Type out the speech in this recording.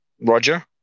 Roger